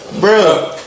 Bro